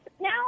now